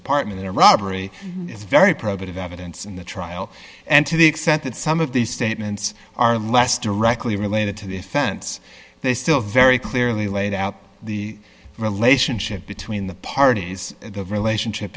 apartment in a robbery is very probative evidence in the trial and to the extent that some of these statements are less directly related to the offense they still very clearly laid out the relationship between the parties the relationship